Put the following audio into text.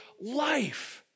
life